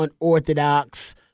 unorthodox